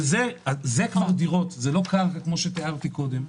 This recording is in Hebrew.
אלה כבר דירות, ולא קרקע כמו שתיארתי קודם.